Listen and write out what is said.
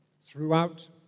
throughout